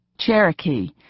Cherokee